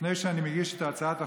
לפני שאני מגיש את הצעת החוק,